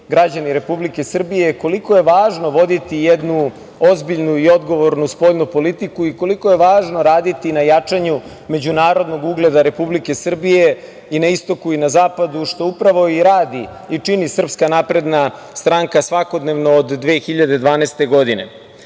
građani Republike Srbije, koliko je važno voditi jednu ozbiljnu i odgovornu spoljnu politiku i koliko je važno raditi na jačanju međunarodnog ugleda Republike Srbije i na istoku i na zapadu, što upravo i radi i čini SNS svakodnevno od 2012.